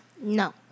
No